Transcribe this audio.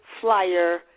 flyer